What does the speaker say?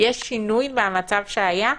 האם יש שינוי מהמצב שהיה?